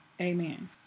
Amen